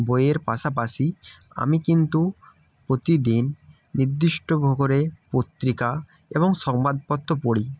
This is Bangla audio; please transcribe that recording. বইয়ের পাশাপাশি আমি কিন্তু প্রতিদিন নির্দিষ্ট করে পত্রিকা এবং সংবাদপত্র পড়ি